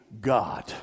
God